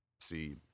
see